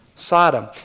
Sodom